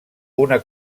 una